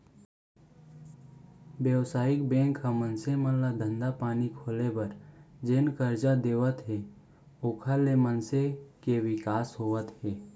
बेवसायिक बेंक ह मनसे मन ल धंधा पानी खोले बर जेन करजा देवत हे ओखर ले मनसे के बिकास होवत हे